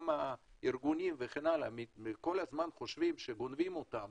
גם הארגונים כל הזמן חושבים שגונבים אותם